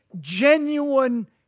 genuine